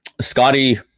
Scotty